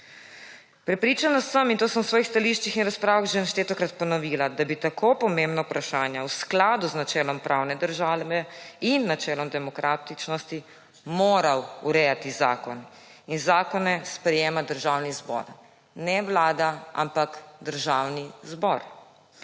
Prepričana sem, in to sem v svojih stališčih in razpravah že neštetokrat ponovila, da bi tako pomembna vprašanja v skladu z načelom pravne države in načelom demokratičnosti moral urejati zakon. Zakone sprejema Državni zbor, ne Vlada ampak Državni zbor.